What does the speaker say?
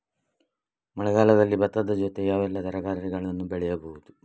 ಮಳೆಗಾಲದಲ್ಲಿ ಭತ್ತದ ಜೊತೆ ಯಾವೆಲ್ಲಾ ತರಕಾರಿಗಳನ್ನು ಬೆಳೆಯಬಹುದು?